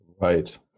Right